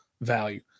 value